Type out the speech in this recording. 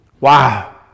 Wow